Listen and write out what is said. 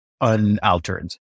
unaltered